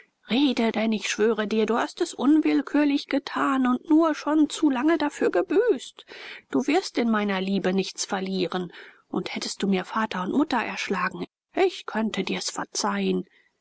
rede denn ich schwöre dir du hast es unwillkürlich getan und nur schon zu lange dafür gebüßt du wirst in meiner liebe nichts verlieren und hättest du mir vater und mutter erschlagen ich könnte dir's verzeihen